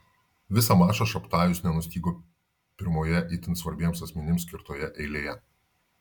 visą mačą šabtajus nenustygo pirmoje itin svarbiems asmenims skirtoje eilėje